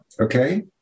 Okay